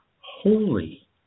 holy